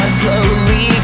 slowly